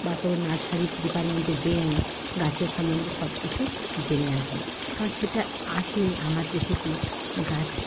বা কোনও নার্সারি ডিপার্টমেন্টে যেয়ে আমি গাছের সম্বন্ধে সবকিছু জেনে আসি কারণ সেটা আসলে আমার দেখেছি গাছ